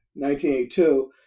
1982